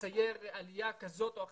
שמצייר עלייה כזאת או אחרת,